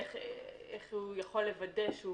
איך הוא יכול לוודא?